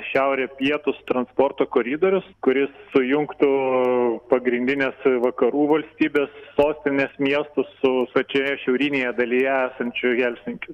šiaurė pietūs transporto koridorius kuris sujungtų pagrindines vakarų valstybes sostines miestus su pačioje šiaurinėje dalyje esančiu helsinkiu